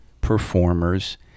performers